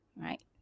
Right